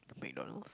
McDonald's